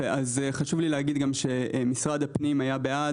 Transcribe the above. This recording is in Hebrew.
חשוב לי להגיד שמשרד הפנים היה בעד.